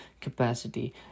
capacity